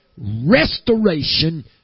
Restoration